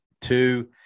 two